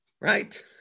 right